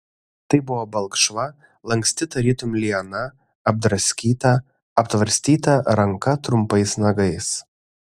tai buvo balkšva lanksti tarytum liana apdraskyta aptvarstyta ranka trumpais nagais